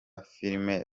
filime